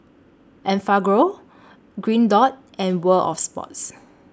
Enfagrow Green Dot and World of Sports